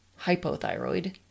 hypothyroid